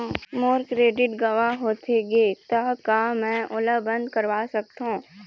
मोर credit गंवा होथे गे ता का मैं ओला बंद करवा सकथों?